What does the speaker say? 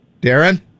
Darren